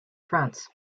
france